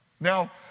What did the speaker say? Now